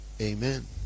Amen